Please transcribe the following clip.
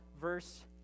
verse